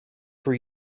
for